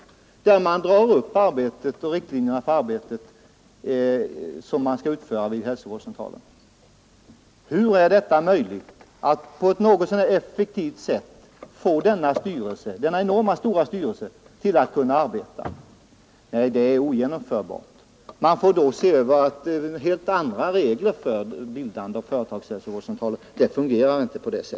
Styrelsen drar upp riktlinjer för det arbete som skall utföras vid hälsovårdscentralen. Hur skulle det bli möjligt att få denna enormt stora styrelse att arbeta på någorlunda effektivt sätt? Det är ogenomförbart! Man får då skapa helt andra regler för bildandet av företagshälsovårdscentraler, annars kommer de inte att fungera.